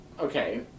Okay